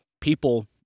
People